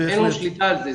אין לנו שליטה על זה.